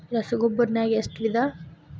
ರಸಗೊಬ್ಬರ ನಾಗ್ ಎಷ್ಟು ವಿಧ?